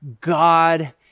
God